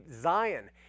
Zion